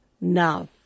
now